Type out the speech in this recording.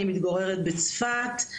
אני מתגוררת בצפת,